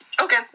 Okay